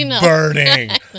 burning